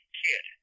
kid